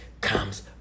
comes